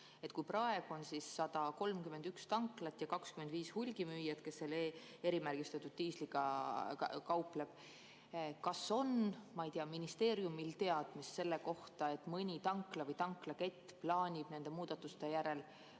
Kui praegu on 131 tanklat ja 25 hulgimüüjat, kes selle erimärgistatud diisliga kauplevad, siis kas ministeeriumil on teadmist selle kohta, et mõni tankla või tanklakett plaanib nende muudatuste järel loobuda